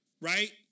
right